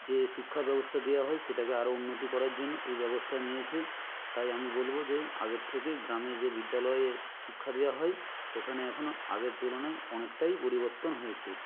যে শিক্ষাব্যবস্থা দেওয়া হয় সেটাকে আরও উন্নতি করার জন্য এই ব্যবস্থা নিয়েছে তাই আমি বলবো যে আগের থেকে গ্রামে যে বিদ্যালয়ে শিক্ষা দেওয়া হয় সেখানে এখন আগের তুলনায় অনেকটাই পরিবর্তন হয়েছে